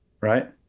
Right